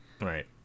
Right